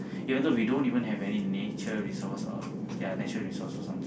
you don't know we don't even have any nature resource or ya nature resource or something